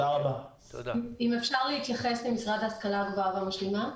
אם אפשר להתייחס למשרד להשכלה הגבוהה והמשלימה.